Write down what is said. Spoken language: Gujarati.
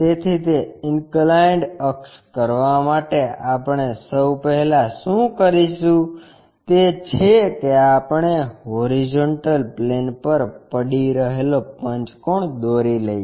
તેથી તે ઇન્કલાઇન્ડ અક્ષ કરવા માટે આપણે સૌ પહેલા શું કરીશું તે છે કે આપણે હોરીઝોન્ટલ પ્લેન પર પડી રહેલો પંચકોણ દોરી લઈએ